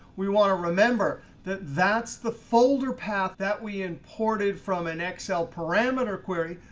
we want to remember that that's the folder path that we imported from an excel parameter query,